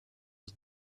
was